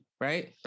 right